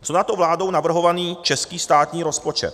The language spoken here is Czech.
Co na to vládou navrhovaný český státní rozpočet?